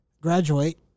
graduate